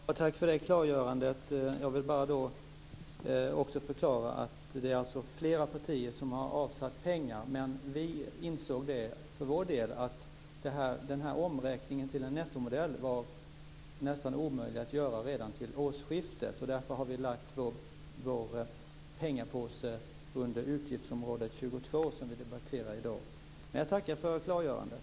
Fru talman! Tack för det klargörandet. Jag vill då bara också förklara att det är flera partier som har avsatt pengar. Men vi insåg för vår del att den här omräkningen till en nettomodell var omöjlig att göra redan till årsskiftet, och därför har vi lagt vår pengapåse under utgiftsområde 22, som vi debatterar i dag. Jag tackar alltså för klargörandet.